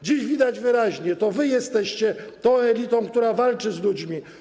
Dziś widać wyraźnie: to wy jesteście tą elitą, która walczy z ludźmi.